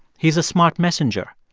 he's a smart messenger.